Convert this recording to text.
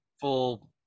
full